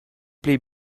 pli